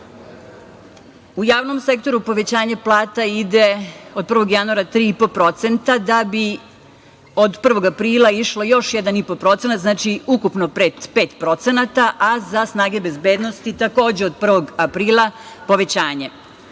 U javnom sektoru povećanje plata ide od 1. januara 3,5%, da bi od 1. aprila išlo još 1,5%, znači ukupno 5%, a za snage bezbednosti takođe od 1. aprila povećanje.